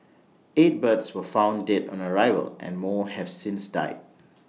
eight birds were found dead on arrival and more have since died